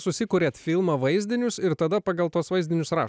susikuriat filmo vaizdinius ir tada pagal tuos vaizdinius rašot